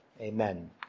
amen